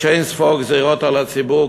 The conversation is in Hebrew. יש אין-ספור גזירות על הציבור,